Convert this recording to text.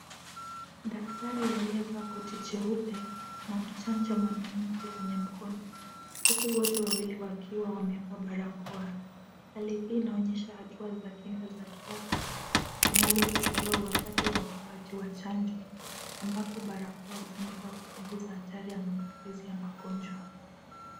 Daktari aliyevaa koti jeupe, anamchanja mwanamke kwenye mkono, huku wote wawili wakiwa wamevambaa barakoa. Hali hii inaoyesha hatua za kinga za kiafya, zinazochukuliwa wakati wa utoaji wa chanjo, ambapo barakoa hutumika kupunguza hatari ya maambukizi ya magonjwa.